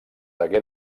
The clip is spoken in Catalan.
hagué